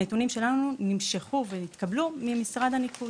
הנתונים שלנו נמשכו ונתקבלו ממשרד הניקוז,